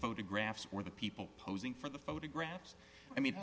photographs or the people posing for the photographs i mean